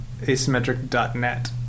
asymmetric.net